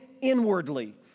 inwardly